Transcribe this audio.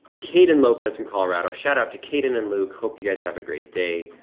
kaden lopez from colorado, shout-out to kaden and luke hope you guys have a great day.